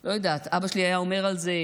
לא יודעת, אבא שלי היה אומר על זה: